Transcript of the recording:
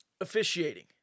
Officiating